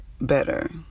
better